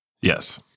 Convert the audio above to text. Yes